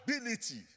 ability